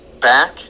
back